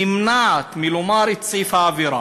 נמנעת מלומר את סעיף העבירה.